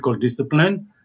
discipline